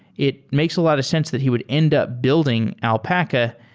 it makes a lot of sense that he would end up building alpaca,